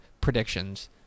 predictions